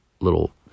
little